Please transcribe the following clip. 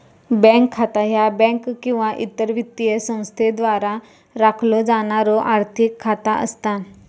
bank खाता ह्या bank किंवा इतर वित्तीय संस्थेद्वारा राखलो जाणारो आर्थिक खाता असता